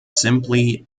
simply